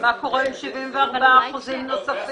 ומה קורה עם 74% נוספים?